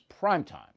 primetime